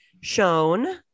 shown